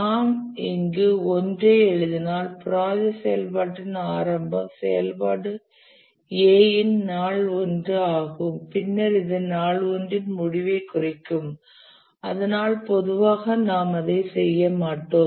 நாம் இங்கு 1 ஐ எழுதினால் ப்ராஜெக்ட் செயல்பாட்டின் ஆரம்பம் செயல்பாடு A இன் நாள் 1 ஆகும் பின்னர் இது நாள் 1 இன் முடிவைக் குறிக்கும் ஆனால் பொதுவாக நாம் அதைச் செய்ய மாட்டோம்